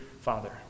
father